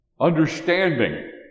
Understanding